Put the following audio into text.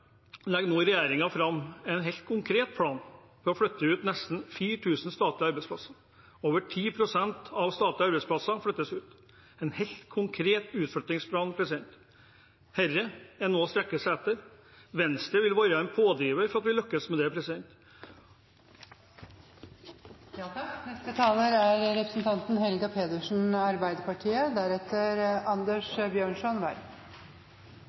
legger regjeringen nå fram en helt konkret plan for å flytte ut nesten 4 000 statlige arbeidsplasser. Over 10 pst. av statlige arbeidsplasser flyttes ut. Det er en helt konkret utflyttingsplan. Dette er noe å strekke seg etter. Venstre vil være en pådriver for at vi skal lykkes med det. Til forrige taler vil jeg si at Arbeiderpartiet er